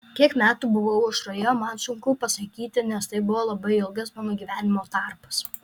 kiek metų buvau aušroje man sunku pasakyti nes tai buvo labai ilgas mano gyvenimo tarpas